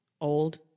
old